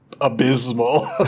abysmal